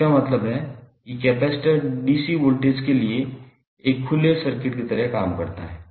इसका मतलब है कि कैपेसिटर DC वोल्टेज के लिए एक खुले सर्किट की तरह काम करता है